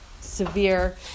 severe